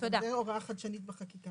גם זו הוראה חדשנית בחקיקה.